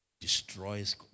destroys